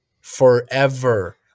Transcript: forever